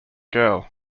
girl